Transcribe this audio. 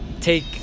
take